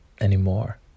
anymore